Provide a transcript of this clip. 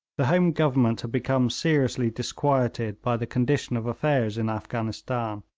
the home government had become seriously disquieted by the condition of affairs in afghanistan.